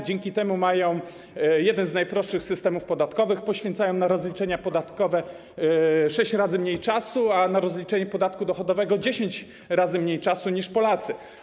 Dzięki temu mają jeden z najprostszych systemów podatkowych, poświęcają na rozliczenia podatkowe sześć razy mniej czasu - a na rozliczenie podatku dochodowego dziesięć razy mniej czasu - niż Polacy.